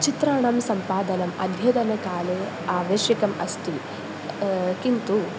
चित्राणां सम्पादनम् अध्यतनकाले आवश्यकम् अस्ति किन्तु